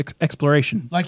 exploration